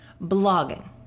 Blogging